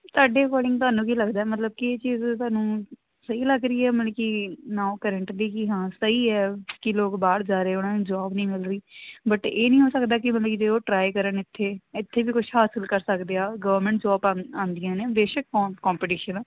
ਤੁਹਾਡੇ ਅਕੋਰਡਿੰਗ ਤੁਹਾਨੂੰ ਕੀ ਲੱਗਦਾ ਮਤਲਬ ਕਿ ਇਹ ਚੀਜ਼ ਤੁਹਾਨੂੰ ਸਹੀ ਲੱਗ ਰਹੀ ਮਤਲਬ ਕਿ ਨੋ ਕਰੰਟ ਦੀ ਕਿ ਹਾਂ ਸਹੀ ਹੈ ਕਿ ਲੋਕ ਬਾਹਰ ਜਾ ਰਹੇ ਉਹਨਾਂ ਨੇ ਜੋਬ ਨਹੀਂ ਮਿਲ ਰਹੀ ਬਟ ਇਹ ਨਹੀਂ ਹੋ ਸਕਦਾ ਕਿ ਮਤਲਬ ਕਿ ਜੇ ਉਹ ਟਰਾਈ ਕਰਨ ਇੱਥੇ ਇੱਥੇ ਬਈ ਕੁਝ ਹਾਸਿਲ ਕਰ ਸਕਦੇ ਆ ਗਵਰਮੈਂਟ ਜੋਬ ਆਂਦ ਆਉਂਦੀਆਂ ਨੇ ਬੇਸ਼ਕ ਕੰਪਟੀਸ਼ਨ